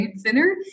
thinner